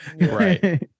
Right